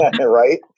right